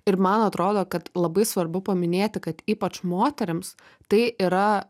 ir man atrodo kad labai svarbu paminėti kad ypač moterims tai yra